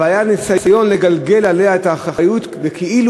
אבל היה ניסיון לגלגל עליה את האחריות כאילו